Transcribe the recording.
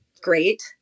great